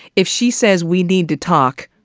if she says we need to talk,